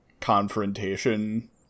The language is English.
confrontation